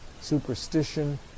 superstition